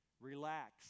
Relax